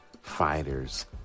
fighters